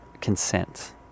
consent